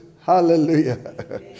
Hallelujah